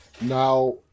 Now